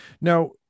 now